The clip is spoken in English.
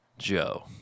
Joe